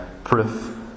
Proof